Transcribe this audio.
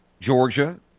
Georgia